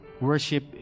Worship